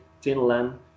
Finland